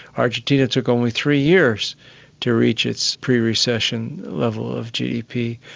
argentina took only three years to reach its pre-recession level of gdp.